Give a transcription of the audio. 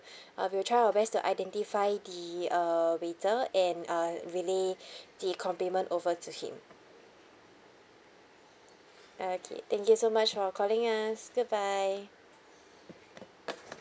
uh we will try our best to identify the uh waiter and uh relay the compliment over to him okay thank you so much for calling us goodbye